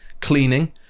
cleaning